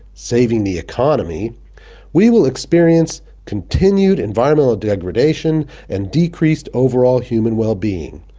saving the economy we will experience continued environmental degradation and decreased overall human well-being.